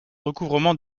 recouvrement